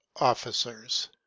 officers